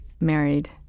married